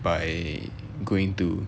by going to